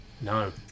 No